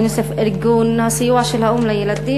יוניסף ארגון הסיוע של האו"ם לילדים.